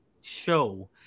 show